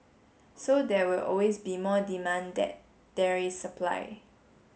so there will always be more demand that there is supply